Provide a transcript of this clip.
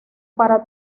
para